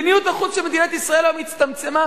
מדיניות החוץ של מדינת ישראל היום הצטמצמה